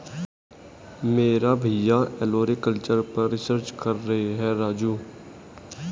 मेरे भैया ओलेरीकल्चर पर रिसर्च कर रहे हैं राजू